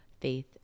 faith